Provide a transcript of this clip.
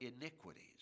iniquities